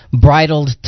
bridled